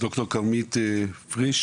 ד"ר כרמית פריש